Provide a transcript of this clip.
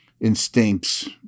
instincts